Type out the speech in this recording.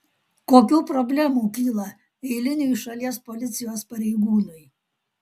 kokių problemų kyla eiliniui šalies policijos pareigūnui